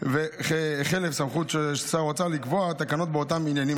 חלף הסמכות של שר האוצר לקבוע תקנות באותם עניינים,